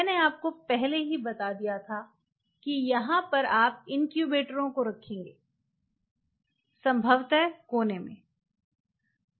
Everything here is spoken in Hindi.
मैंने आपको पहले ही बता दिया है कि यहाँ आप इन्क्यूबेटरों को रखेंगे संभवतः कोनों में